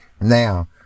Now